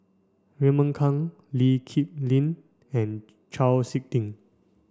Raymond Kang Lee Kip Lin and Chau Sik Ting